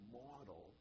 model